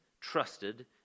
trusted